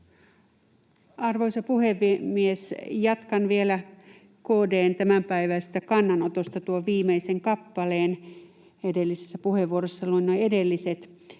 Arvoisa puhemies! Jatkan vielä KD:n tämänpäiväisestä kannanotosta tuon viimeisen kappaleen. Edellisessä puheenvuorossa luin nuo edelliset.